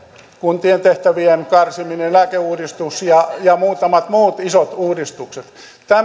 kuntien tehtävien karsiminen lääkeuudistus ja ja muutamat muut isot uudistukset